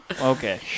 Okay